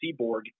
Seaborg